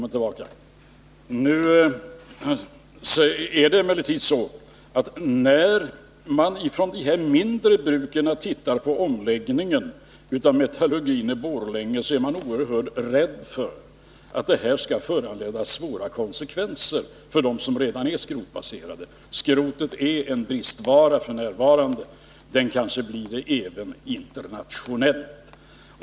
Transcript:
När de mindre bruken tittar på omläggningen av metallurgin i Borlänge blir de oerhört rädda för att detta skall föranleda svåra konsekvenser för de bruk som redan är skrotbaserade. Skrotet är en bristvara f. n. —- den kanske blir det även internationellt.